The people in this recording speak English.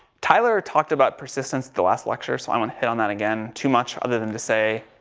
tyler talked about persistence the last lecture so i won't hit on that again too much, other than to say,